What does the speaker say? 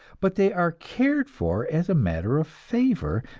but they are cared for as a matter of favor,